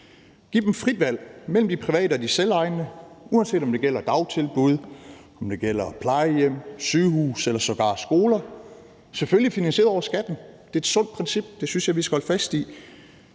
Giv dem frit valg mellem de private og de selvejende, uanset om det gælder dagtilbud, plejehjem, sygehuse eller sågar skoler – selvfølgelig finansieret over skatten. Det er et sundt princip, og det